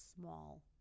small